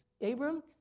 Abram